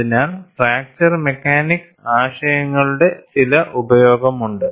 അതിനാൽ fracture mechanics ആശയങ്ങളുടെ ചില ഉപയോഗമുണ്ട്